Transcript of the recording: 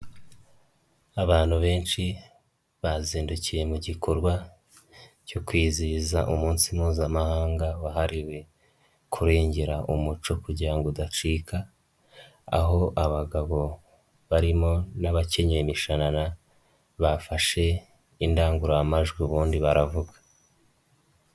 Abantu benshi bazindukiye mu gikorwa cyo kwizihiza umunsi mpuzamahanga wahariwe kurengera umuco kugira ngo udacika, aho abagabo barimo n'abakenye imishanana, bafashe indangururamajwi ubundi baravuga.